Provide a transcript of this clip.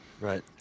Right